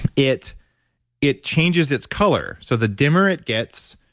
it it changes its color. so, the dimmer it gets,